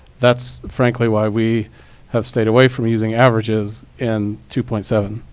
that's frankly why we have stayed away from using averages in two point seven,